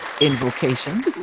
Invocation